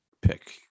pick